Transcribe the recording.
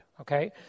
okay